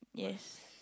yes